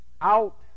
out